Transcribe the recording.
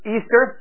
Easter